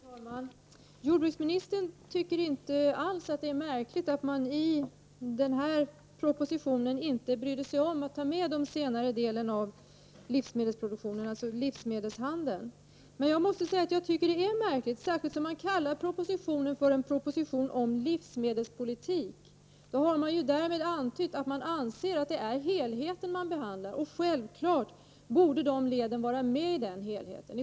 Herr talman! Jordbruksministern tycker inte alls att det är märkligt att regeringen inte brydde sig om att ta med det senare ledet av livsmedelsproduktionen, dvs. livsmedelshandeln, i propositionen. Jag tycker att detta är märkligt, speciellt som regeringen kallar propositionen för en proposition om livsmedelspolitik. Därmed har man antytt att det är helheten som behandlas, och självfallet borde detta led vara med i helheten.